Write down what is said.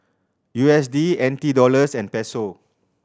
U S D N T Dollars and Peso